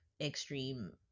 extreme